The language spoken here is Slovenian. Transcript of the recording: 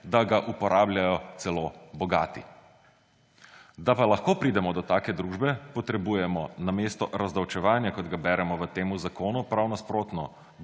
da ga uporabljajo celo bogati. Da pa lahko pridemo do take družbe, potrebujemo namesto razdolževanja, kot ga beremo v tem zakonu, prav nasprotno